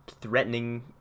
threatening